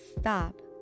stop